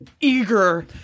eager